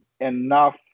enough